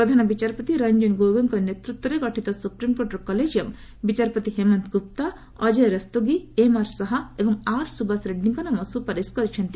ପ୍ରଧାନବିଚାରପତି ରଞ୍ଜନ ଗୋଗୋଇଙ୍କ ନେତୃତ୍ୱରେ ଗଠିତ ସୁପ୍ରିମ୍କୋର୍ଟର କଲେଜିୟମ୍ ବିଚାରପତି ହେମନ୍ତ ଗୁପ୍ତା ଅକ୍ଷୟ ରସ୍ତୋଗି ଏମ୍ଆର୍ ଶାହ ଏବଂ ଆର୍ ସୁବାସ ରେଡ୍ରୀଙ୍କ ନାମ ସୁପାରିଶ କରିଛନ୍ତି